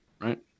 right